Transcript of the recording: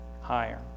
higher